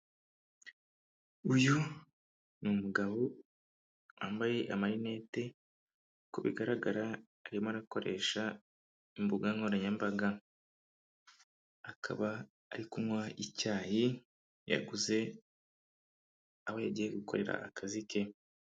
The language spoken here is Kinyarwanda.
Uyu ni umugabo wambaye amarinete ku bigaragara arimo arakoresha imbuga nkoranyambaga, akaba ari kunywa icyayi yaguze aho yagiye gukorera akazi ke.